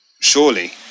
Surely